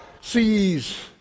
sees